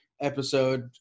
episode